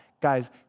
Guys